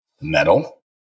Metal